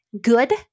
good